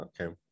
okay